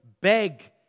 beg